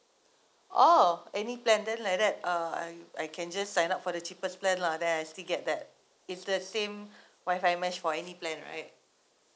oh any plan then like that uh I I can just sign up for the cheapest plan lah then I still get that it's the same wifi mesh for any plan right